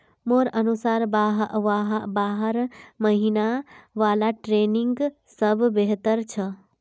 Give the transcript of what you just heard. मोर अनुसार बारह महिना वाला ट्रेनिंग सबस बेहतर छ